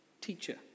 teacher